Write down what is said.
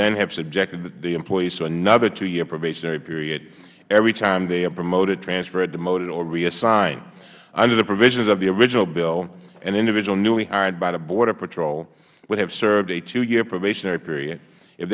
then have subjected them to another two year probationary period every time they are promoted transferred demoted or reassigned under the provisions of the original bill an individual newly hired by the border patrol would have served a two year probationary period if